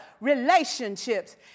relationships